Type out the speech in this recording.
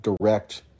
direct